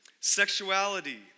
sexuality